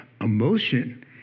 emotion